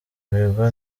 bigo